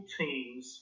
teams